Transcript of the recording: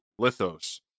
Lithos